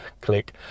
Click